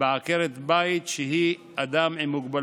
בעקרת בית שהיא אדם עם מוגבלות,